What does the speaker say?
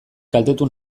kaltetu